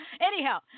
Anyhow